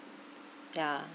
yeah